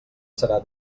serà